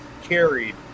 carried